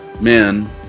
men